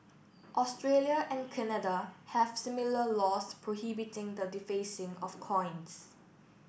Australia and Canada have similar laws prohibiting the defacing of coins